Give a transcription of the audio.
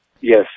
yes